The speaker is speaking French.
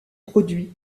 produits